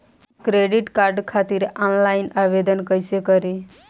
Credit card खातिर online आवेदन कइसे करि?